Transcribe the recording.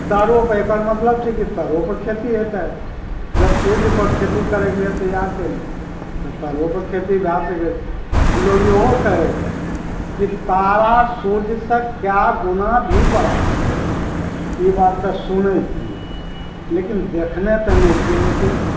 तारो पर एकर मतलब छै कि तारो पर खेती हेतै जब सूर्ज पर खेती करैके लिए तैयार छै लोग तऽ तारो पर खेती भऽ सकै छै लोग इहो कहै छै कि तारा सूर्ज सऽ कए गुणा भी बड़ा छै ई बात तऽ सुनै छियै लेकिन देखने तऽ नहि छियै लेकिन